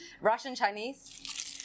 Russian-Chinese